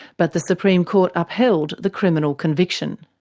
but the supreme court upheld the criminal conviction.